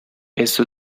esto